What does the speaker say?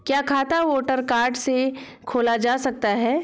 क्या खाता voter card से खोला जा सकता है?